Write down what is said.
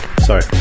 sorry